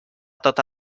tota